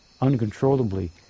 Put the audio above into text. uncontrollably